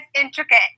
intricate